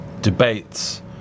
debates